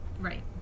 Right